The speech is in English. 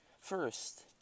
First